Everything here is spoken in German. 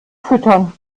füttern